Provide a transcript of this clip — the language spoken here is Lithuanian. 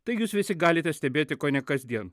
tai jūs visi galite stebėti kone kasdien